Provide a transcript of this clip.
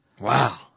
Wow